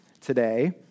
today